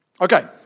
Okay